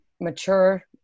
mature